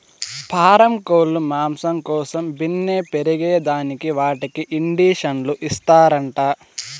పారం కోల్లు మాంసం కోసం బిన్నే పెరగేదానికి వాటికి ఇండీసన్లు ఇస్తారంట